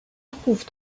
trouve